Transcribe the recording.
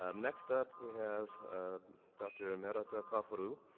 um next up, we have dr. and merata kawharu,